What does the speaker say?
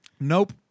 Nope